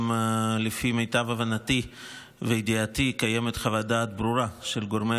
לפי מיטב הבנתי וידיעתי גם קיימת חוות דעת ברורה של גורמי